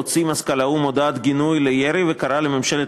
הוציא מזכ"ל האו"ם הודעת גינוי על הירי וקרא לממשלת